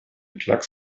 klacks